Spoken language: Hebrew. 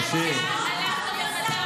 והלכת וחתמת על רשימת אתרים שאתה אפילו לא מכיר.